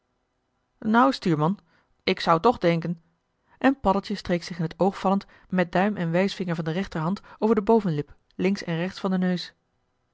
nou stuurman ik zou toch denken en paddeltje streek zich in het oogvallend met duim en wijsvinger van de rechterhand over de bovenlip links en rechts van den neus